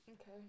Okay